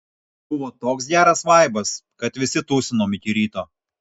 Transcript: buvo toks geras vaibas kad visi tūsinom iki ryto